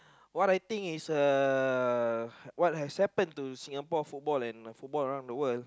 what I think is uh what has happened to Singapore football and football around the world